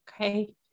okay